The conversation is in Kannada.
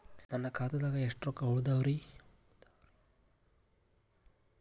ನನ್ನ ಖಾತೆದಾಗ ಎಷ್ಟ ರೊಕ್ಕಾ ಉಳದಾವ್ರಿ?